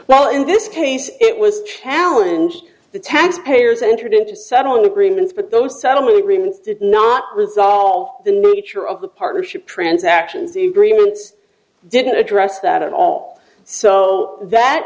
well in this case it was challenge the taxpayers entered into settling agreements but those settlement agreements did not resolve the nature of the partnership transactions the agreements didn't address that at all so that